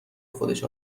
خودش